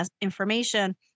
information